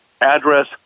address